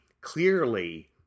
clearly